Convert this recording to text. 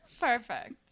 Perfect